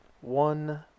One